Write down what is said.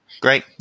great